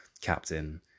Captain